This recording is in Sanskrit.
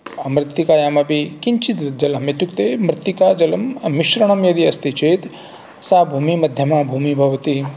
मृत्तिकायामपि किञ्चित् जलम् इत्युक्ते मृत्तिका जलं मिश्रणं यदि अस्ति चेत् सा भूमिः मध्यमा भूमिः भवति